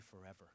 forever